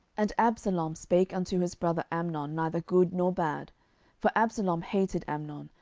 and absalom spake unto his brother amnon neither good nor bad for absalom hated amnon,